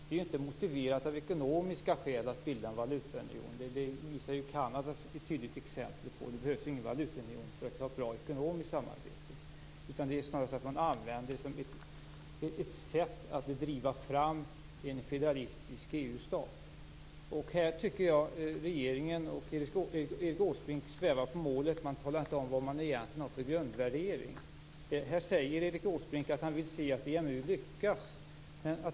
Det är ju inte motiverat av ekonomiska skäl att bilda en valutaunion. Kanada är ett tydligt exempel på att det inte behövs någon valutaunion för att ha ett bra ekonomiskt samarbete. Snarare använder man EMU som ett sätt att driva fram en federalistisk EU-stat. Här svävar regeringen och Erik Åsbrink svävar på målet. Man talar inte om vad man har för grundvärderingar. Erik Åsbrink säger att han vill se att EMU lyckas.